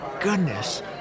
goodness